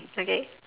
okay